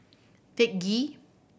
Teck Ghee